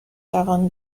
جوان